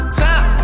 time